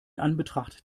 anbetracht